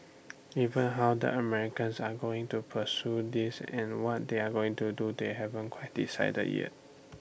even how the Americans are going to pursue this and what they're going to do they haven't quite decided yet